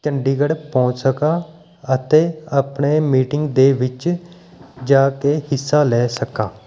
ਚੰਡੀਗੜ੍ਹ ਪਹੁੰਚ ਸਕਾ ਅਤੇ ਆਪਣੀ ਮੀਟਿੰਗ ਦੇ ਵਿੱਚ ਜਾ ਕੇ ਹਿੱਸਾ ਲੈ ਸਕਾਂ